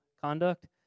conduct